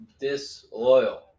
Disloyal